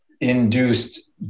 induced